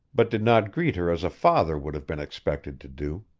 but did not greet her as a father would have been expected to do.